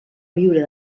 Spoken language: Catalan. viure